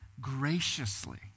graciously